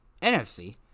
nfc